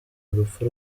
urupfu